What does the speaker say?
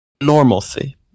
normalcy